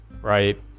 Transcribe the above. right